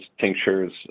tinctures